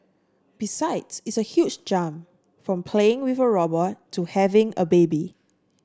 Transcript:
besides it's a huge jump from playing with a robot to having a baby